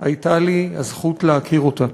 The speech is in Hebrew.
הייתה לי הזכות להכיר אותה.